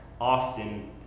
Austin